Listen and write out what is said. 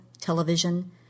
television